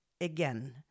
again